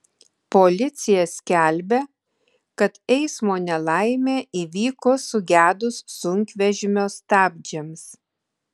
policija skelbia kad eismo nelaimė įvyko sugedus sunkvežimio stabdžiams